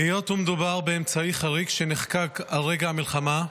היות שמדובר באמצעי חריג שנחקק על רקע המלחמה,